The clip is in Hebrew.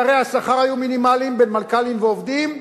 פערי השכר היו מינימליים בין מנכ"לים ועובדים,